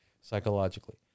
psychologically